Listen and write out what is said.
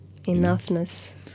Enoughness